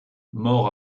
mort